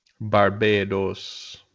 Barbados